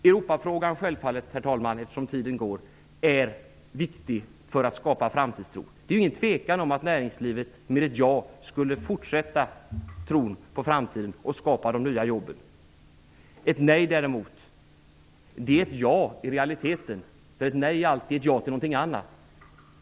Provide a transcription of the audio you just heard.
Europafrågan är självfallet viktig för att skapa framtidstro. Det råder inget tvivel om att näringslivet med ett ja skulle fortsätta att tro på framtiden och skapa de nya jobben. Ett nej däremot är i realiteten alltid ett ja till någonting annat.